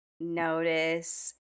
Notice